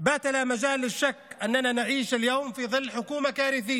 גבתה מהם נפשות ועלתה להם בהפסדים ובחטופים,